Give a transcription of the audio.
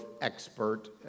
expert